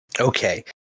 Okay